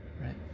right